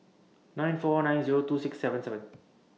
nine four nine Zero two six seven seven